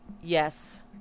yes